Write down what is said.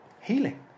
healing